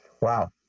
Wow